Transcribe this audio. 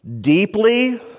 deeply